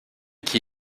qui